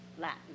Latin